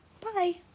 Bye